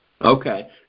Okay